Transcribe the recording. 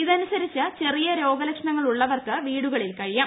ഇതനുസരിച്ച് ചെറിയ രോഗലക്ഷണങ്ങളുള്ളവർക്ക് വീടുകളിൽ കഴിയാം